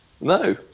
no